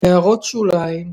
הערות שוליים ==